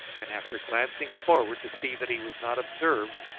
and after glancing forward to see that he was not observed,